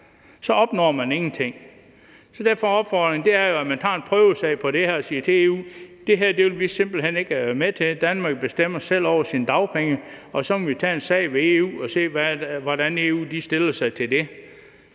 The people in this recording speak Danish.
er, opnår man ingenting. Derfor er opfordringen jo, at man skal tage en prøvesag på det her og sige til EU: Det her vil vi simpelt hen ikke være med til; Danmark bestemmer selv over sine dagpenge. Vi må tage en sag ved EU og se, hvordan EU stiller sig til det,